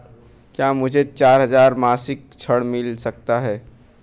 क्या मुझे चार हजार मासिक ऋण मिल सकता है?